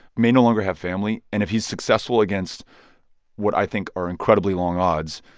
may no longer have family. and if he's successful against what i think are incredibly long odds,